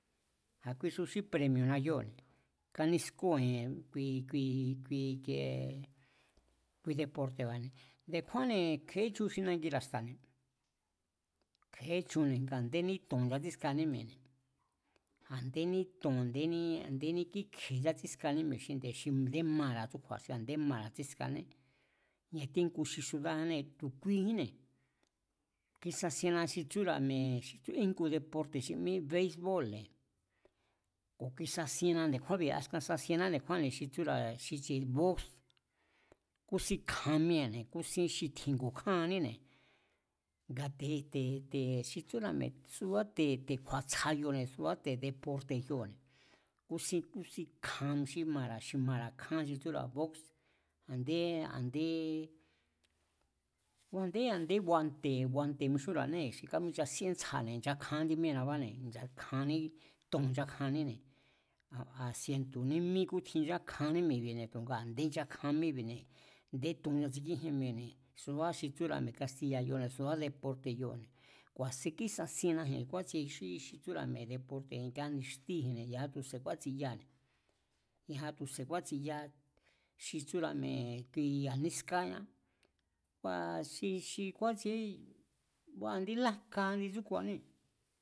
A̱kuisú xí premi̱o̱na kíóo̱ne̱. Kánískóo̱ji̱n, kui, kui ikiee, kui deporte̱ba̱ne̱. Nde̱kjuánne̱ kje̱echun xi nangira̱ xta̱ne̱ kje̱é chunne̱ nga a̱ndé to̱n nchatsískaní mi̱e̱ne̱, a̱ndéní to̱n a̱ndéní kíkje̱ nchátsískaní mi̱e̱ xi nde̱ xi a̱ndé mara̱ tsú kju̱a̱, a̱nde mara̱ tsískané. Ñatíjngu xi siudájane, tu̱ kuijínne̱, kisasienna xi tsúra̱ mi̱e̱ íngu deporte̱ xi mí béís bóo̱lne̱ ku̱ kisasienna nde̱kjúánbi̱. askan sasienná nde̱kjúanbi̱ xi tsúra̱ xi tsi̱e̱ bos, kúsín kjan míée̱ne̱ kúsín xi tji̱ngu̱ kjáaníne̱ nga te̱, te̱ xi tsúra̱ mi̱e̱, te̱ kju̱a̱tsja kioba̱ne̱ subá te̱ deporte̱ kioba̱ne̱, kúsín, kúsín kjan xí mara̱, xi mara̱ kján xi tsúra̱ bós, a̱ndé, a̱ndé, ngu a̱ndé, a̱ndé guante̱, guante̱ mixúnra̱anée̱ xi káminchasíén tsjane̱ nchakjan índi míée̱nabáne̱, nchakjanní to̱n nchakjaníne̱, a sientu̱ ní mí kútjin nchakjaní mi̱e̱bi̱ne̱ tu̱nga a̱ndé nchakjan míébine̱, a̱ndé to̱n nchatsíkíjien mi̱e̱ne̱ subá xi tsúra̱ mi̱e̱ kastiya̱ kione̱ suba deporte̱ kione̱. Ku̱a̱sin kísasiennaji̱n kúátsie xí, xi tsúra̱ mi̱e̱ deporte̱ nga ni̱xtiji̱nne̱ ya̱a tu̱se̱ kúátsi̱yane̱, ya̱a tu̱se̱ kúátsi̱ya xi tsúra̱ mi̱e̱ i̱kiee ya̱ nískáñá kua̱ xi, xi kúátsiee ngua indí lájka indi ndsúkuanée̱